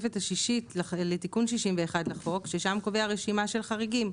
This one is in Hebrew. השישית, לתיקון 61 לחוק ששם קובע רשימה של חריגים.